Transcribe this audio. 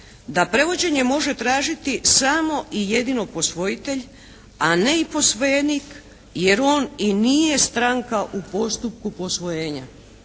da prevođenje može tražiti samo i jedino posvojitelj, a ne i posvojenik jer on i nije stranka u postupku posvojenja.